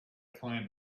plan